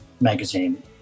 magazine